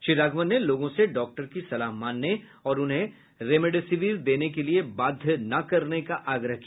श्री राघवन ने लोगों से डॉक्टर की सलाह मानने और उन्हें रेमडेसिविर देने के लिए बाध्य न करने का आग्रह किया